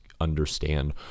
understand